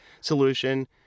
solution